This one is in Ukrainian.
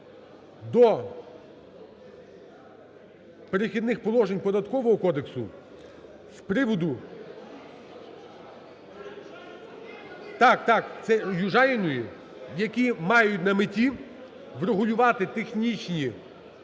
до "Перехідних положень" Податкового кодексу з приводу… Так, так, це Южаніної, які мають на меті врегулювати технічні